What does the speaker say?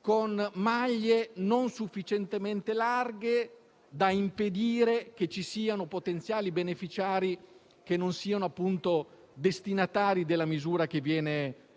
con maglie non sufficientemente larghe da impedire che ci siano potenziali beneficiari che non siano appunto destinatari della misura che viene immaginata